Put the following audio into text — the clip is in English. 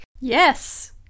Yes